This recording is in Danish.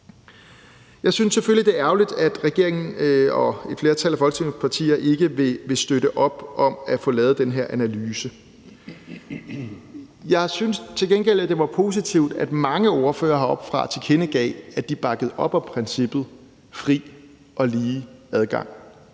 det er ærgerligt, at regeringen og et flertal af Folketingets partier ikke vil støtte op om at få lavet den her analyse. Jeg synes til gengæld, at det var positivt, at mange ordførere heroppefra tilkendegav, at de bakkede op om princippet om fri og lige adgang,